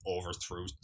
overthrew